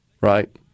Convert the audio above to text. right